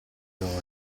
avevano